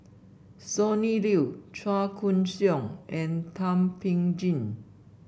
Sonny Liew Chua Koon Siong and Thum Ping Tjin